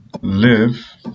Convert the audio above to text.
live